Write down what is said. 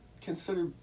consider